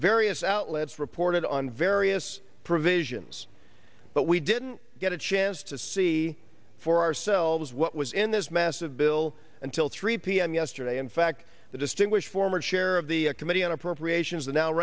various outlets reported on various provisions but we didn't get a chance to see for ourselves what was in this massive bill until three pm yesterday in fact the distinguished former chair of the committee on appropriations